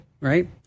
Right